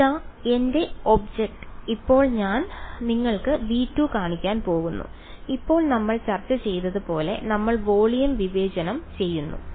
ഇതാ എന്റെ ഒബ്ജക്റ്റ് ഇപ്പോൾ ഞാൻ നിങ്ങൾക്ക് V2 കാണിക്കാൻ പോകുന്നു ഇപ്പോൾ നമ്മൾ ചർച്ച ചെയ്തതുപോലെ നമ്മൾ വോളിയം വിവേചനം ചെയ്യുന്നു